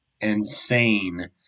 insane